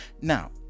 now